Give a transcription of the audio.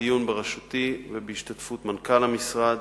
דיון בראשותי ובהשתתפות מנכ"ל המשרד,